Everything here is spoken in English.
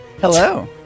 hello